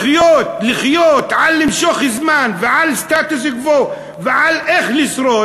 לחיות על למשוך זמן ועל סטטוס-קוו ועל איך לשרוד,